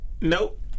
Nope